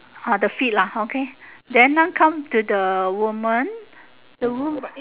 ah the feet lah okay then now come to the woman the woman